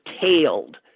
tailed